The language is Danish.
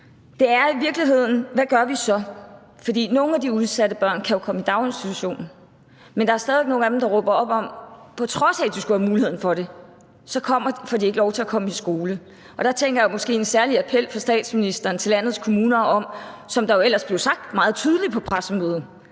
Det er i virkeligheden: Hvad gør vi så? for nogle af de udsatte børn kan jo komme i daginstitution, men der er stadig væk nogle af dem, der råber op om, at de – på trods af at de skulle have mulighed for det – ikke får lov til at komme i skole. Og der tænker jeg, om måske en særlig appel fra statsministeren til landets kommuner kunne hjælpe på det, som jo ellers blev sagt meget tydeligt på pressemødet: